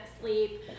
sleep